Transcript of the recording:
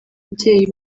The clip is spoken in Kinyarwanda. ababyeyi